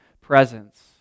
presence